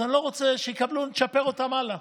אז אני לא רוצה, שיקבלו, נצ'פר אותם הלאה,